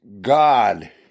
God